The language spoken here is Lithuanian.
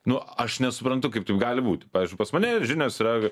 nu aš nesuprantu kaip taip gali būti pavyzdžiui pas mane žinios yra